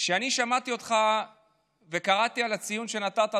כשאני שמעתי אותך וקראתי על הציון שנתת,